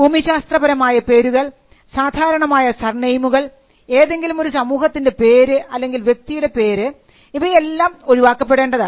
ഭൂമിശാസ്ത്രപരമായ പേരുകൾ സാധാരണമായ സർനെയിമുകൾ ഏതെങ്കിലും ഒരു സമൂഹത്തിൻറെ പേര് അല്ലെങ്കിൽ വ്യക്തിയുടെ പേര് ഇവയെല്ലാം ഒഴിവാക്കപ്പെടേണ്ടതാണ്